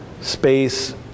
space